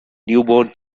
newborn